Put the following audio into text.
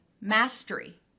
mastery